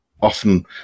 often